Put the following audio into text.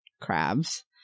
crabs